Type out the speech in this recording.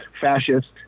fascist